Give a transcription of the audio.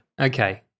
Okay